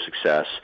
success